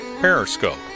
Periscope